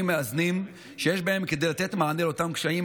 מאזנים שיש בהם כדי לתת מענה לאותם קשיים.